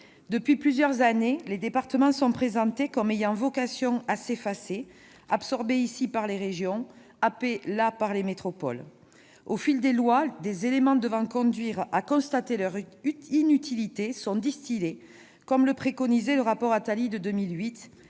depuis plusieurs années, les départements sont présentés comme ayant vocation à s'effacer, absorbés ici par les régions, happés là par les métropoles. Au fil des lois, des éléments devant conduire à " constater leur inutilité " sont distillés, comme le préconisait le rapport Attali de 2008,